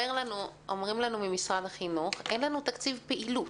אומרים לנו ממשרד החינוך: אין לנו תקציב פעילות.